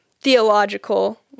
theological